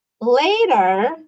later